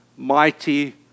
Mighty